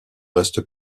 reste